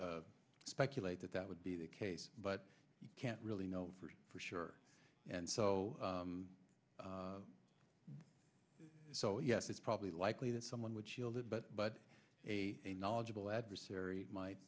speculate that that would be the case but you can't really know for sure and so so yes it's probably likely that someone would shield it but but a knowledgeable adversary might